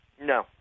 No